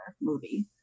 movie